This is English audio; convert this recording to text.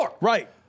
right